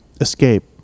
escape